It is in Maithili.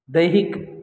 दैहिक